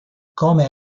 come